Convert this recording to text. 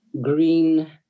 green